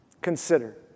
consider